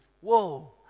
Whoa